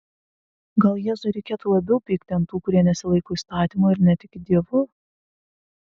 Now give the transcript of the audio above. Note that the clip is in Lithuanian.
gal jėzui reikėtų labiau pykti ant tų kurie nesilaiko įstatymo ir netiki dievu